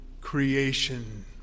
creation